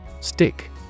Stick